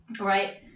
right